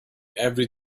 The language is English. every